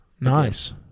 Nice